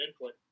input